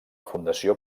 fundació